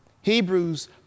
Hebrews